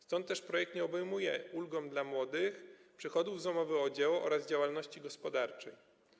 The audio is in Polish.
Stąd też projekt nie obejmuje ulgą dla młodych przychodów z umowy o dzieło oraz działalności gospodarczej.